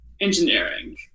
engineering